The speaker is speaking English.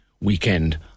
weekend